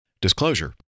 Disclosure